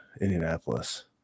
Indianapolis